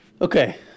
Okay